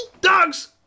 Dogs